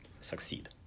succeed